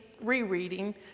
rereading